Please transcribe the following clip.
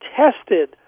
tested